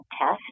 test